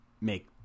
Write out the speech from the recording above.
make